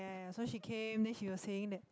ya ya ya so she came then she was saying that